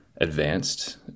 advanced